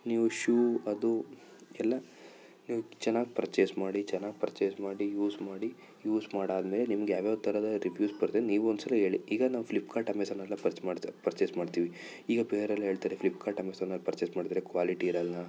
ನೀವು ಶೂ ಅದು ಎಲ್ಲ ನೀವು ಚೆನ್ನಾಗಿ ಪರ್ಚೆಸ್ ಮಾಡಿ ಚೆನ್ನಾಗಿ ಪರ್ಚೆಸ್ ಮಾಡಿ ಯೂಸ್ ಮಾಡಿ ಯೂಸ್ ಮಾಡಿ ಆದ ಮೇಲೆ ನಿಮ್ಗೆ ಯಾವ್ಯಾವ ಥರದ ರಿವೀವ್ಸ್ ಬರ್ತದೆ ನೀವು ಒಂದ್ಸಲ ಹೇಳಿ ಈಗ ನಾವು ಫ್ಲಿಪ್ಕಾರ್ಟ್ ಅಮೆಝನ್ ಎಲ್ಲ ಪರ್ಚ್ ಮಾಡ್ತೀರಾ ಪರ್ಚೆಸ್ ಮಾಡ್ತೀವಿ ಈಗ ಬೇರೆಯೆಲ್ಲ ಹೇಳ್ತಾರೆ ಫ್ಲಿಪ್ಕಾರ್ಟ್ ಅಮೆಝಾನಲ್ಲಿ ಪರ್ಚೆಸ್ ಮಾಡಿದರೆ ಕ್ವಾಲಿಟಿ ಇರೋಲ್ಲ